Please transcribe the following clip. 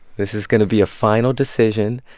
this is going to be a final decision.